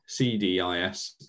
CDIS